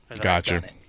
Gotcha